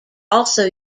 also